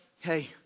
hey